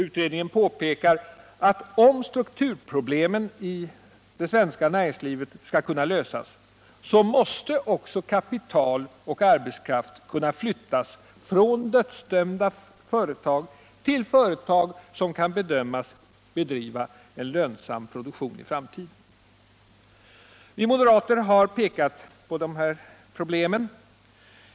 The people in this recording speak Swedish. Utredningen påpekar att om strukturproblemen i det svenska näringslivet skall kunna lösas måste också kapital och arbetskraft kunna flyttas från dödsdömda företag till företag som kan bedömas bedriva en lönsam produktion i framtiden. Vi moderater har pekat på de här problemen.